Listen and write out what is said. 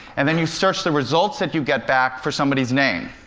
and then you search the results that you get back for somebody's name.